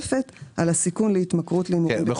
התוספת על הסיכון להתמכרות להימורים בכלל ושל קטינים בפרט"; כן.